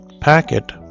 packet